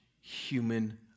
human